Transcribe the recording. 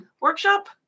workshop